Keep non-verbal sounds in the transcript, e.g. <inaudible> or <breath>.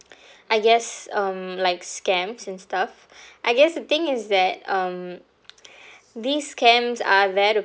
I guess um like scams and stuff I guess the thing is that um <breath> these scams are there to